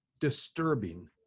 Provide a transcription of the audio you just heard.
disturbing